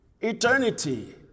Eternity